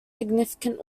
significant